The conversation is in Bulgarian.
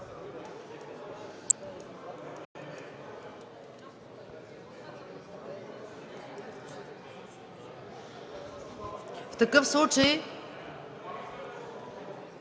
В такъв случай